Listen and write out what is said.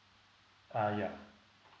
uh yeah